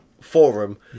forum